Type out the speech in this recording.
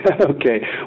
Okay